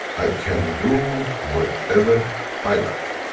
i can do whatever i like.